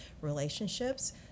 relationships